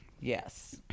Yes